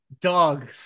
Dog